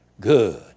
good